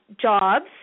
jobs